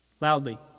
Loudly